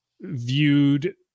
viewed